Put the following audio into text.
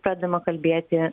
pradedama kalbėti